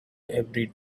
every